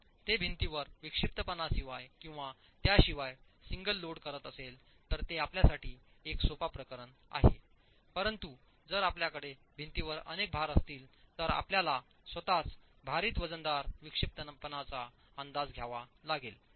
जर तेभिंतीवर विक्षिप्तपणाशिवाय किंवा त्याशिवायसिंगललोड करतअसेल तर ते आपल्यासाठीएक सोपा प्रकरण आहे परंतु जर आपल्याकडे भिंतीवर अनेक भार असतील तर आपल्याला स्वतःच भारित वजनदार विक्षिप्तपणाचा अंदाज घ्यावा लागेल